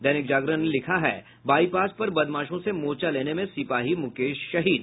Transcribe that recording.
दैनिक जागरण ने लिखा है बाईपास पर बदमाशो से मोर्चा लेने में सिपाही मुकेश शहीद